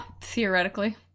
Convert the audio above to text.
theoretically